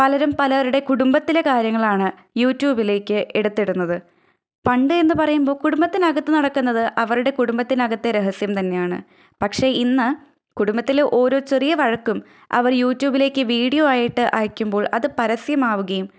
പലരും പലരുടെ കുടുംബത്തിലെ കാര്യങ്ങളാണ് യൂറ്റൂബിലേക്ക് എടുത്ത് ഇടുന്നത് പണ്ട് എന്ന് പറയുമ്പോൾ കുടുംബത്തിനകത്ത് നടക്കുന്നത് അവരുടെ കുടുംബത്തിനകത്തെ രഹസ്യം തന്നെയാണ് പക്ഷെ ഇന്ന് കുടുംബത്തിലെ ഓരോ ചെറിയ വഴക്കും അവർ യൂറ്റൂബിലേക്ക് വീഡ്യോ ആയിട്ട് അയക്കുമ്പോള് അത് പരസ്യമാവുകയും